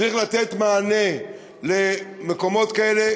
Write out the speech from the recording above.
צריך לתת מענה למקומות כאלה,